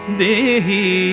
dehi